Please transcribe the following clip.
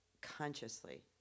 Consciously